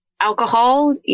Alcohol